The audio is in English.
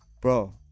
Bro